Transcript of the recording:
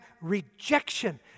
rejection